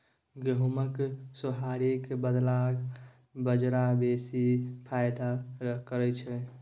गहुमक सोहारीक बदला बजरा बेसी फायदा करय छै